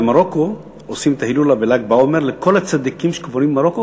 במרוקו עושים את ההילולה בל"ג בעומר לכל הצדיקים שקבורים במרוקו,